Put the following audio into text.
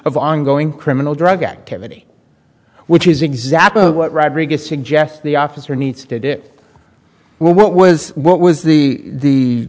of ongoing criminal drug activity which is exactly what rodriguez suggests the officer needs to do what was what was the the